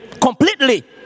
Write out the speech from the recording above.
completely